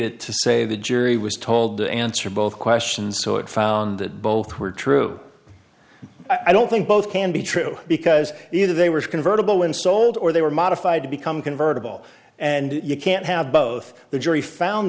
it to say the jury was told to answer both questions so it found that both were true i don't think both can be true because either they were convertible when sold or they were modified to become convertible and you can't have both the jury found